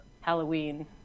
Halloween